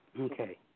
Okay